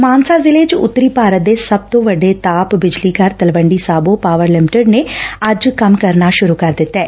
ਮਾਨਸਾ ਜ਼ਿਲ੍ਹੇ ਚ ਉਤਰੀ ਭਾਰਤ ਦੇ ਸਭ ਤੋਂ ਵੱਡੇ ਤਾਪ ਬਿਜਲੀ ਘਰ ਤਲਵੰਡੀ ਸਾਬੋ ਪਾਵਰ ਲਿਮਟਿਡ ਨੇ ਅੱਜ ਕੰਮ ਕਰਨਾ ਸ਼ੁਰੂ ਕਰ ਦਿੱਤੈ